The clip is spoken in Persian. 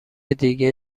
دیگه